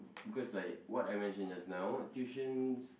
because like what I mentioned just now tuitions